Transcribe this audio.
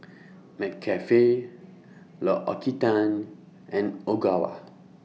McCafe L'Occitane and Ogawa